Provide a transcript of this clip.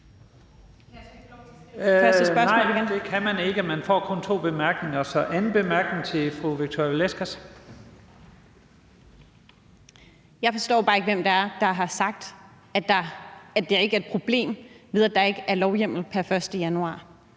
Jeg forstår bare ikke, hvem det er, der har sagt, at det ikke er et problem, at der ikke er lovhjemmel pr. 1. januar.